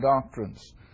doctrines